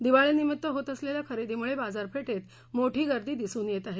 दिवाळीनिमित्त होत असलेल्या खरेदीमुळे बाजारपेठत मोठी गर्दी दिसून येत आहे